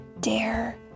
dare